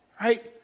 Right